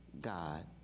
God